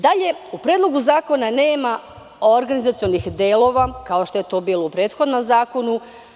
Dalje, u Predlogu zakona nema organizacionih delova kao što je to bilo u prethodnom zakonu.